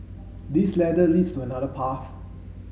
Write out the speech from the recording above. this ladder leads to another path